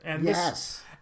Yes